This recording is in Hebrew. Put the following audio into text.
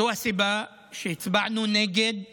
זו הסיבה שהצבענו נגד בוועדה,